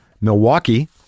Milwaukee